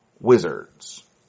wizards